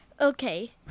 Okay